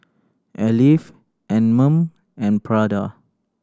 Alive Anmum and Prada